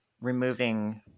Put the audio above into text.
removing